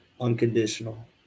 unconditional